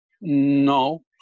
No